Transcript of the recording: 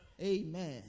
Amen